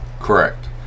Correct